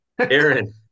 Aaron